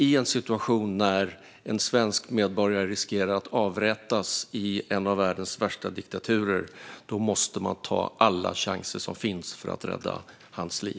I en situation där en svensk medborgare riskerar att avrättas i en av världens värsta diktaturer tycker jag att man måste ta alla chanser som finns för att rädda hans liv.